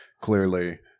clearly